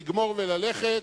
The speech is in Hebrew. לגמור וללכת,